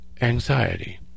Anxiety